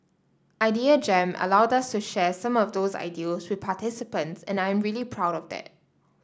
Idea Jam allowed us to share some of those ideals with participants and I am really proud of that